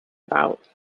about